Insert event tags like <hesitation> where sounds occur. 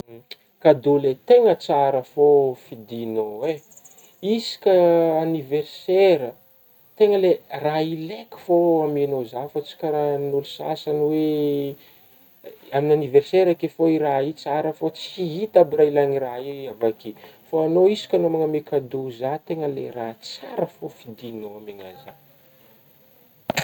<noise> Kadô le tegna tsara fô fidignao eh, isaka aniversera tegna le raha ilaiko fô amegnao zah fa tsy ka rahan'ôlo sasagny hoe <hesitation> amin'gny aniverserako ke fa raha io tsara fô tsy hitako aby raha ilagna raha io avy akeo, fa agnao io isakagnao magnome kadô zah tegna le raha tsara fô fidiagnao amegna zah.